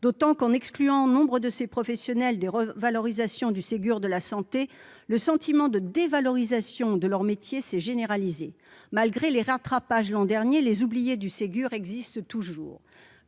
d'autant qu'en excluant nombre de ces professions des revalorisations du Ségur de la santé, le sentiment de dévalorisation de leurs métiers s'est généralisé. Malgré les rattrapages de l'an dernier, les « oubliés » du Ségur existent toujours.